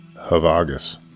Havagas